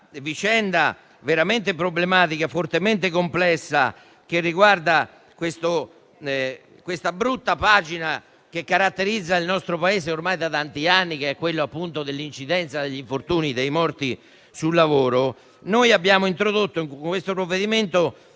vicenda veramente problematica e fortemente complessa che riguarda la brutta pagina che caratterizza il nostro Paese ormai da tanti anni, ossia l'elevato numero degli infortuni e delle morti sul lavoro, noi abbiamo introdotto nel provvedimento